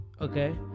Okay